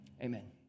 Amen